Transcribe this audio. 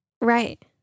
Right